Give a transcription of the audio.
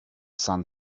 sun